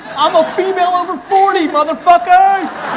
i'm a female over forty, motherfuckers!